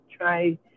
try